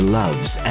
loves